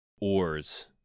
ores